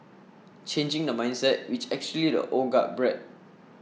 changing the mindset which actually the old guard bred